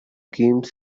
game